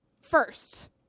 First